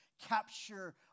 capture